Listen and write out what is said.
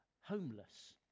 homeless